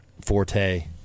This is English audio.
Forte